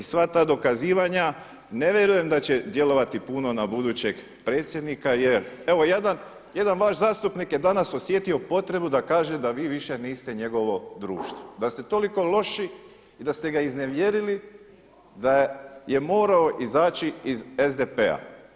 I sva ta dokazivanja ne vjerujem da će djelovati puno na budućeg predsjednika, jer evo jedan vaš zastupnik je danas osjetio potrebu da kaže da vi više niste njegovo društvo, da ste toliko loši i da ste ga iznevjerili da je morao izaći iz SDP-a.